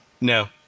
No